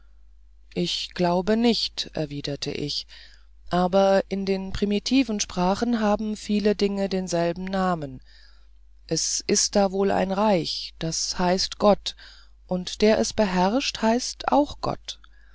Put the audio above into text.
ich glaube nicht erwiderte ich aber in den primitiven sprachen haben viele dinge denselben namen es ist da wohl ein reich das heißt gott und der es beherrscht heißt auch gott